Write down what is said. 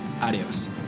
Adios